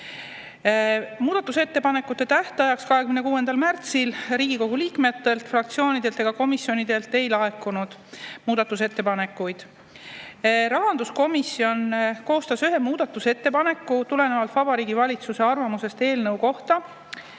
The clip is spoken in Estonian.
Muudatusettepanekute tähtajaks, 26. märtsiks Riigikogu liikmetelt, fraktsioonidelt ega komisjonidelt muudatusettepanekuid ei laekunud. Rahanduskomisjon koostas ühe muudatusettepaneku tulenevalt Vabariigi Valitsuse arvamusest eelnõu kohta.